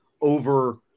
over